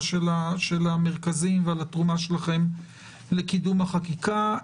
של המרכזים ועל התרומה שלכם לקידום החקיקה.